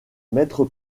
mettre